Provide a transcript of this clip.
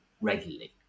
regularly